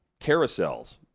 carousels